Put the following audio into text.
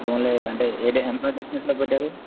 బోన్లే అంటే ఏది ఎంత డిస్టెన్స్లో పెట్టారు